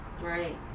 right